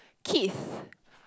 kids